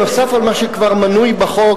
נוסף על מה שכבר מנוי בחוק,